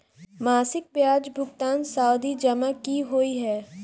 मासिक ब्याज भुगतान सावधि जमा की होइ है?